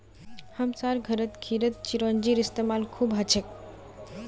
हमसार घरत खीरत चिरौंजीर इस्तेमाल खूब हछेक